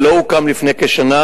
ולא הוקם לפני כשנה,